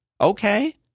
Okay